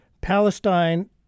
Palestine